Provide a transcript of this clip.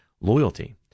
loyalty